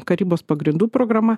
karybos pagrindų programa